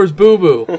boo-boo